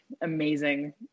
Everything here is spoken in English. amazing